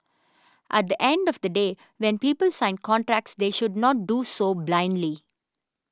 at the end of the day when people sign contracts they should not do so blindly